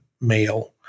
male